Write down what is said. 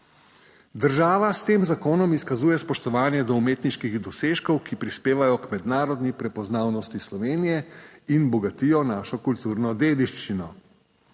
Država s tem zakonom izkazuje spoštovanje do umetniških dosežkov, ki prispevajo k mednarodni prepoznavnosti Slovenije in bogatijo našo kulturno dediščino.